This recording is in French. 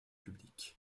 publics